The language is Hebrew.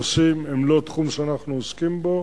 יתר הנושאים הם לא תחום שאנחנו עוסקים בו,